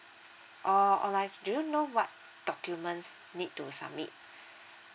oh or like do you know what documents need to submit